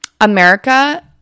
America